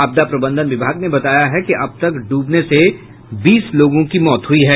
आपदा प्रबंधन विभाग ने बताया है कि अब तक डूबने से बीस लोगों की मौत हुई है